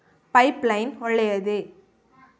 Pipe line ಒಳ್ಳೆಯದೇ?